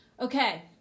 Okay